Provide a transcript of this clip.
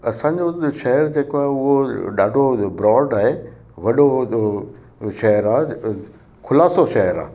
असांजो हुते शहर जे को आहे उहो ॾाढो ब्रॉड आहे वॾो हूंदो शहर आहे जे को खुलासो शहर आहे